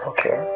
Okay